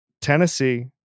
Tennessee